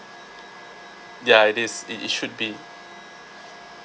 ya it is it it should be